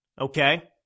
okay